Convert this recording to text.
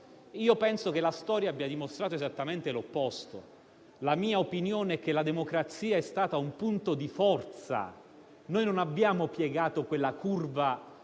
penso che la storia abbia dimostrato esattamente l'opposto. La mia opinione è che la democrazia è stata un punto di forza. Non abbiamo piegato quella curva